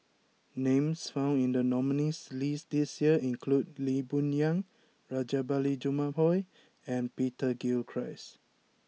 Names found in the nominees' list this year include Lee Boon Yang Rajabali Jumabhoy and Peter Gilchrist